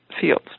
fields